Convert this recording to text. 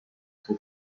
suo